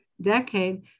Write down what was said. decade